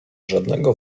żadnego